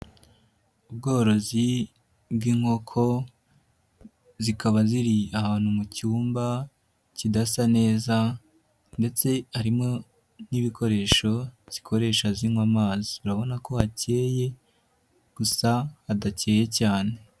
Ubworozi bw'inkoko zikaba ziri ahantu mu cyumba kidasa neza, ndetse harimo n'ibikoresho zikoresha zinywa amazi, urabona ko hakeye gusa hadakeye cyane.